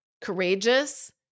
courageous